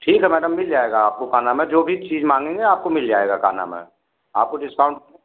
ठीक है मैडम मिल जाएगा आपको का नाम है जो भी चीज़ माँगेंगे आपको मिल जाएगा का नाम है आपको डिस्काउंट